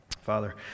Father